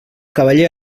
cavaller